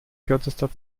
kürzester